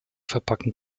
verpacken